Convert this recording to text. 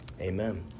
Amen